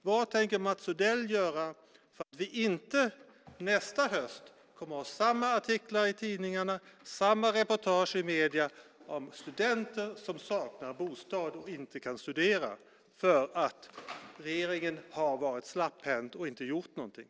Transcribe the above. Vad tänker Mats Odell göra för att vi nästa höst inte ska ha samma artiklar i tidningarna och samma reportage i medierna om studenter som saknar bostad och inte kan studera för att regeringen har varit släpphänt och inte gjort någonting?